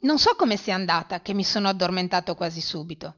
non so come sia andata che mi sono addormentato quasi subito